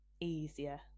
easier